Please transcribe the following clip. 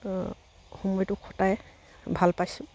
সময়টো খটাই ভাল পাইছোঁ